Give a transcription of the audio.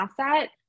asset